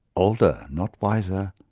older not wiser,